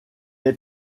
est